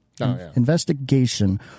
Investigation